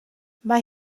mae